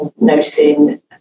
noticing